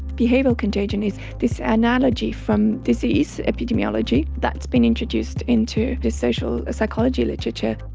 behavioural contagion is this analogy from disease, epidemiology, that's been introduced into the social psychology literature.